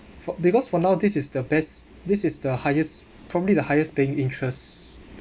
for because for now this is the best this is the highest probably the highest paying interest